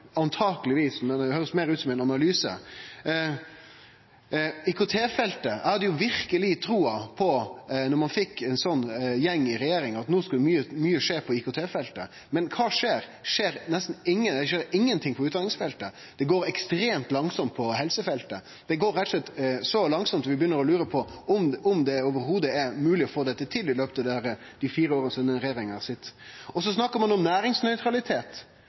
når ein fekk ein sånn gjeng i regjering, skulle mykje skje på IKT-feltet. Men kva skjer? Det skjer nesten ingenting. Det skjer nesten ingenting på utdanningsfeltet, og det går ekstremt langsamt på helsefeltet. Det går rett og slett så langsamt at vi begynner å lure på om det i det heile er mogleg å få dette til i løpet av dei fire åra regjeringa sit. Så snakkar ein om